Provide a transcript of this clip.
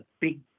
big